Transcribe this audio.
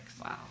Wow